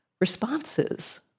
responses